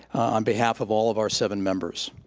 on behalf of all of our seven members.